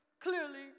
Clearly